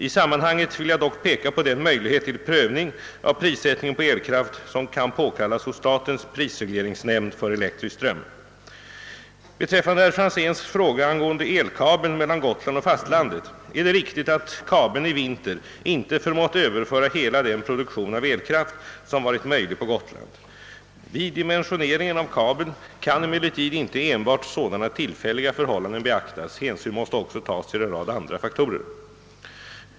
I sammanhanget vill jag dock peka på den möjlighet till prövning av prissättningen på elkraft som kan påkallas hos statens prisregleringsnämnd för elektrisk ström. Beträffande herr Franzéns fråga angående elkabeln mellan Gotland och fastlandet är det riktigt att kabeln i vinter inte förmått överföra hela den produktion av elkraft som varit möjlig på Gotland. Vid dimensioneringen av kabeln kan emellertid inte enbart sådana tillfälliga förhållanden beaktas. Hänsyn måste också tas till en rad andra faktorer.